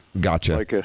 Gotcha